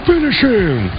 Finishing